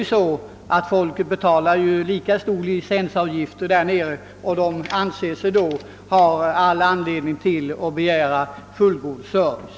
TV-innehavarna där nere betalar ju lika stora licensavgifter som alla andra och anser sig därför kunna begära fullgod service.